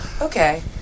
Okay